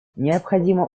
необходимо